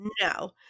no